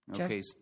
Okay